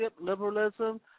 liberalism